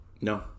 No